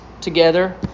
together